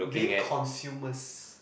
being consumers